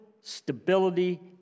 stability